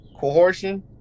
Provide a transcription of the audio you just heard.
coercion